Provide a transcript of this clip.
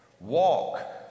Walk